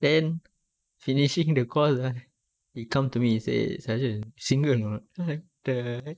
then finishing the course ah he come to me he say sergeant single or not what the heck